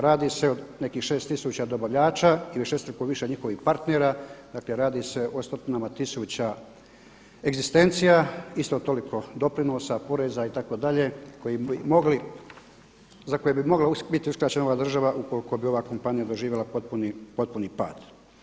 Radi se o nekih 6000 dobavljača i višestruko više njihovih partnera, dakle radi se o stotinama tisuća egzistencija, isto toliko doprinosa, poreza itd. koji bi mogli, za koje bi mogla biti uskraćena ova država ukoliko bi ova kompanija doživjela potpuni pad.